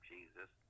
Jesus